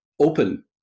open